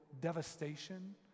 devastation